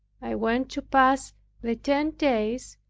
i went to pass the ten days,